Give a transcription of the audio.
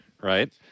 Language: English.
Right